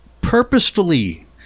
purposefully